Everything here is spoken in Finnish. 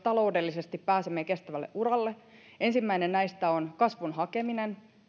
taloudellisesti pääsemme kestävälle uralle ensimmäinen näistä on kasvun hakeminen